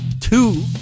two